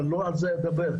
אני לא אדבר על זה,